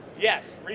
Yes